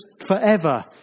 forever